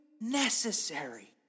necessary